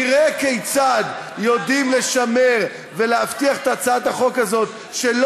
נראה כיצד יודעים לשמר ולהבטיח שהצעת החוק הזאת לא